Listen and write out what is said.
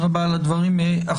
תודה רבה על הדברים החשובים.